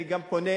אני גם פונה,